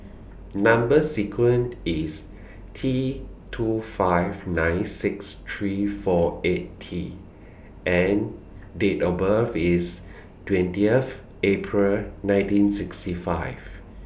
Number sequence IS T two five nine six three four eight T and Date of birth IS twentieth April nineteen sixty five